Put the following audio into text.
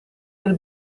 del